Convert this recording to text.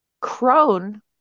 crone